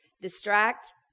distract